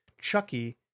chucky